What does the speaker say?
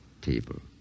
table